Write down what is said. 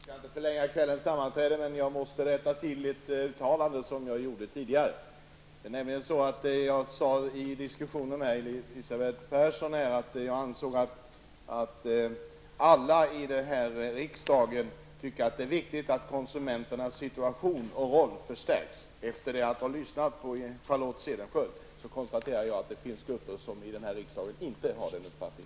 Herr talman! Jag skall inte förlänga kvällens sammanträde, men jag måste rätta till ett uttalande som jag gjorde tidigare under debatten. Jag sade till Elisabeth Persson att jag ansåg att alla här i riksdagen tycker att det är viktigt att konsumenternas situation och roll förstärks. Efter att ha lyssnat till Charlotte Cederschiöld konstaterar jag att det finns grupper i riksdagen som inte har denna uppfattning.